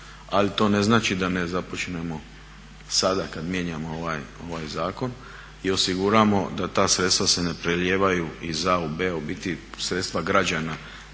Ali to ne znači da ne započnemo sada kad mijenjamo ovaj zakon i osiguramo da ta sredstva se ne prelijevaju iz A u B, u biti sredstva građana